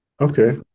Okay